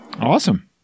Awesome